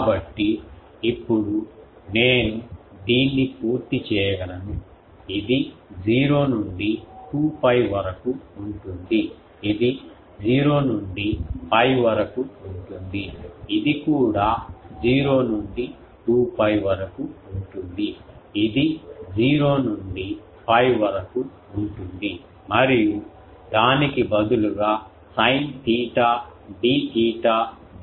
కాబట్టి ఇప్పుడు నేను దీన్ని పూర్తి చేయగలను ఇది 0 నుండి 2 𝜋 వరకు ఉంటుంది ఇది 0 నుండి 𝜋 వరకు ఉంటుంది ఇది కూడా 0 నుండి 2 𝜋 వరకు ఉంటుంది ఇది 0 నుండి 𝜋 వరకు ఉంటుంది మరియు దానికి బదులుగా sin theta d theta d 𝝓